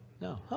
No